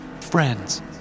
friends